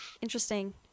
Interesting